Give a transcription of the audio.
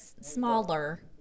Smaller